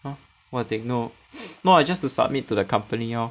ha what thing no no lah just to submit to the company lor